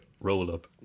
roll-up